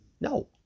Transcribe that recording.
No